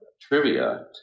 trivia